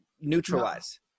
neutralize